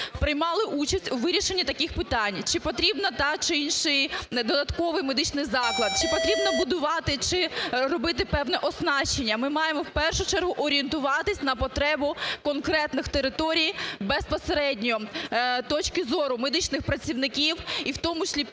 приймали участь у вирішенні таких питань чи потрібно той чи інший додатковий медичний заклад, чи потрібно будувати, чи робити певне оснащення. Ми маємо, в першу чергу, орієнтуватись на потребу конкретних територій безпосередньо точки зору медичних працівників і в тому числі